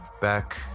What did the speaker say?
back